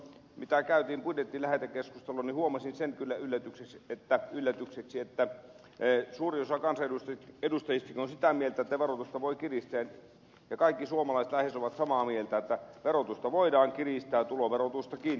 kun käytiin budjetin lähetekeskustelua niin huomasin sen kyllä yllätykseksi että suurin osa kansanedustajistakin on sitä mieltä että verotusta voi kiristää ja kaikki suomalaiset lähes ovat samaa mieltä että verotusta voidaan kiristää ja tuloverotustakin